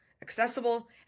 accessible